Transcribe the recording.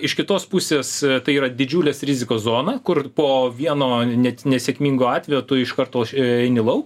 iš kitos pusės tai yra didžiulės rizikos zona kur po vieno net nesėkmingo atvejo tu iš karto eini lauk